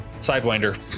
sidewinder